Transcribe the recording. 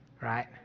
right